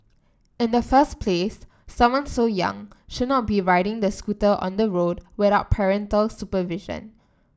in the first place someone so young should not be riding the scooter on the road without parental supervision